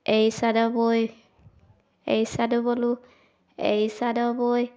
এড়ী চাদৰ বৈ এড়ী চাদৰ ব'লোঁ এড়ী চাদৰ বৈ